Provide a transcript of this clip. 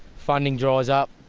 funding dries up.